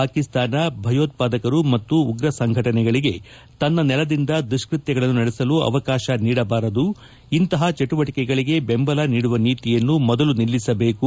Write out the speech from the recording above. ಪಾಕಿಸ್ತಾನ ಭಯೋತ್ವಾದಕರು ಮತ್ತು ಉಗ್ರ ಸಂಘಟನೆಗಳಿಗೆ ತನ್ನ ನೆಲದಿಂದ ದುಷ್ಪತ್ವಗಳನ್ನು ನಡೆಸಲು ಅವಕಾಶ ನೀಡಬಾರದು ಇಂತಹ ಚಟುವಟಕೆಗಳಗೆ ಬೆಂಬಲ ನೀಡುವ ನೀತಿಯನ್ನು ಮೊದಲು ನಿಲ್ಲಿಸಬೇಕು